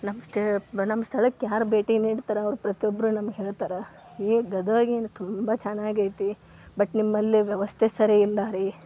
ನಮ್ಸ್ತೆ ನಮ್ಮ ಸ್ಥಳಕ್ಕೆ ಯಾರು ಭೇಟಿ ನೀಡ್ತಾರೆ ಅವ್ರು ಪ್ರತಿಯೊಬ್ಬರೂ ನಮ್ಗೆ ಹೇಳ್ತಾರೆ ಏ ಗದಗ ಏನು ತುಂಬ ಚೆನ್ನಾಗೈತಿ ಬಟ್ ನಿಮ್ಮಲ್ಲಿ ವ್ಯವಸ್ಥೆ ಸರಿ ಇಲ್ಲಾ ರೀ